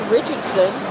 Richardson